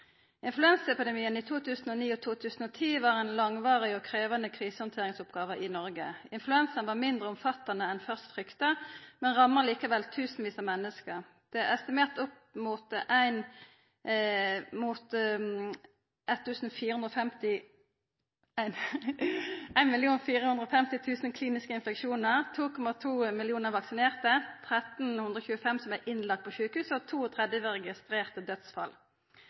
influensa i Noreg. Influensaepidemien i 2009–2010 var ei langvarig og krevjande krisehandteringsoppgåve i Noreg. Influensaen var mindre omfattande enn først frykta, men ramma likevel tusenvis av menneske. Det er estimert opp mot 1,45 millionar kliniske infeksjonar, 2,2 millionar vaksinerte, 1 325 som vart innlagde på sjukehus og 32 registrerte dødsfall.